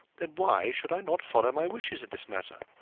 then why should i not follow my wishes in this matter?